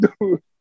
dude